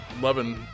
loving